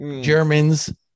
Germans